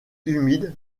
humides